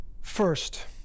First